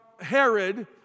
Herod